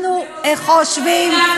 מעולם